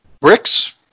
Bricks